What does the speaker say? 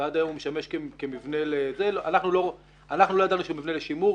ועד היום הוא משמש כמבנה --- אנחנו לא ידענו שהמבנה לשימור,